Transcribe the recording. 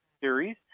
series